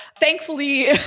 thankfully